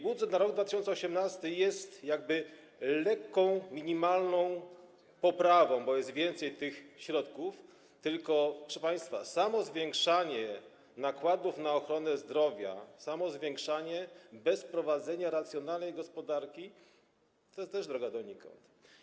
Budżet na rok 2018 wskazuje na lekką, minimalną poprawę, bo jest więcej środków, tyle że, proszę państwa, samo zwiększanie nakładów na ochronę zdrowia, samo zwiększanie bez prowadzenia racjonalnej gospodarki, to jest droga donikąd.